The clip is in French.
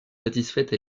satisfaites